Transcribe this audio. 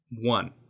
One